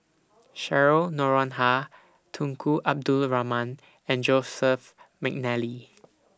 Cheryl Noronha Tunku Abdul Rahman and Joseph Mcnally